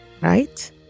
right